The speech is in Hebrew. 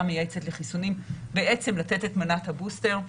המייעצת לחיסונים בעצם לתת את מנת הבוסטר,